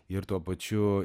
ir tuo pačiu